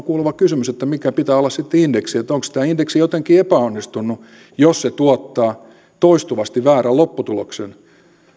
kuuluva kysymys että mikä pitää olla sitten indeksin että onko tämä indeksi jotenkin epäonnistunut jos se tuottaa toistuvasti väärän lopputuloksen